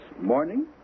morning